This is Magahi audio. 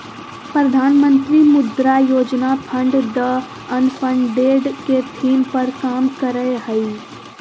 प्रधानमंत्री Mudra Yojana fund the unfunded के थीम पर काम करय हइ